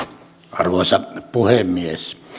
arvoisa puhemies